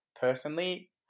personally